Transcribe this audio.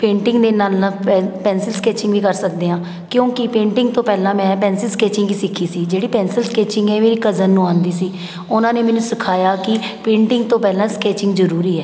painting ਦੇ ਨਾਲ ਨਾਲ ਪੈ ਪੈਨਸਿਲ ਸਕੈਚਿੰਗ ਵੀ ਕਰ ਸਕਦੇ ਹਾਂ ਕਿਉਂਕਿ ਪੇਂਟਿੰਗ ਤੋਂ ਪਹਿਲਾਂ ਮੈਂ ਪੈਨਸਿਲ ਸਕੈਚਿੰਗ ਹੀ ਸਿੱਖੀ ਸੀ ਜਿਹੜੀ ਪੈਨਸਿਲ ਸਕੈਚਿੰਗ ਹੈ ਇਹ ਮੇਰੀ ਕਜ਼ਨ ਨੂੰ ਆਉਂਦੀ ਸੀ ਉਹਨਾਂ ਨੇ ਮੈਨੂੰ ਸਿਖਾਇਆ ਕਿ ਪੇਂਟਿੰਗ ਤੋਂ ਪਹਿਲਾਂ ਸਕੈਚਿੰਗ ਜ਼ਰੂਰੀ ਹੈ